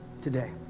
today